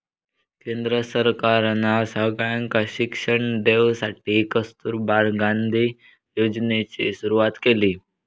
केंद्र सरकारना सगळ्यांका शिक्षण देवसाठी कस्तूरबा गांधी योजनेची सुरवात केली